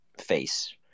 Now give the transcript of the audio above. face